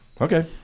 Okay